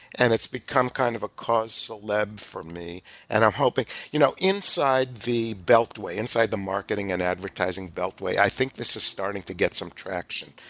and it's become kind of a cause celebre for me and i'm hoping you know inside the beltway, inside the marketing and advertising beltway, i think this is starting to get some traction.